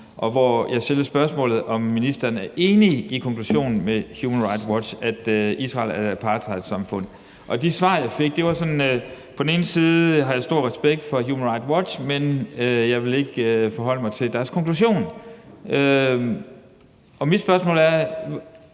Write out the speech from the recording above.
hvor jeg spurgte, om ministeren er enig i konklusionen fra Human Rights Watch om, at Israel er et apartheidsamfund. De svar, jeg fik, lød nogenlunde sådan her: På den ene side har jeg stor respekt for Human Rights Watch, men jeg vil ikke forholde mig til deres konklusion. Mit spørgsmål er: